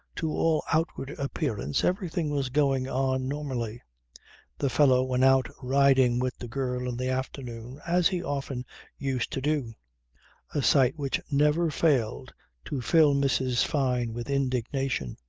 to all outward appearance everything was going on normally the fellow went out riding with the girl in the afternoon as he often used to do a sight which never failed to fill mrs. fyne with indignation.